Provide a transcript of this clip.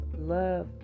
love